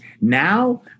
Now